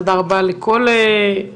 תודה רבה גם לכל הארגונים,